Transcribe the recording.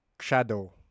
shadow